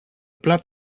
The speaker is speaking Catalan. plat